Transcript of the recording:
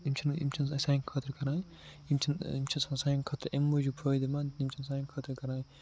یِم چھِ أمۍ چھِنہٕ سانہِ خٲطرٕ کران یِم چھِ یِم چھِ آسان سانہِ خٲطرٕ أمۍ موجوٗب فٲیِدٕمنٛد یِم چھِنہٕ سانہِ خٲطرٕ کران